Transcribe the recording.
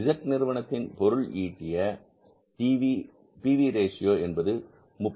Z நிறுவனத்தின் பொருள் ஈட்டிய பி வி ரேஷியோ என்பது 33